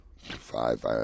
Five